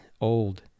old